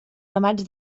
ramats